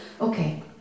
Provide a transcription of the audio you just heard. Okay